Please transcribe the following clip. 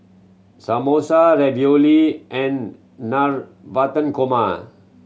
Samosa Ravioli and Navratan Korma